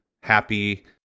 happy